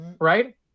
Right